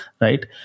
right